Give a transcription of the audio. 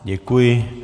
Děkuji.